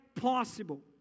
possible